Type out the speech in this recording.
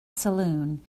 saloon